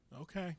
Okay